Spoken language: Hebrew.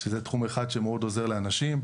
שזה תחום אחד שמאוד עוזר לאנשים,